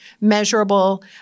measurable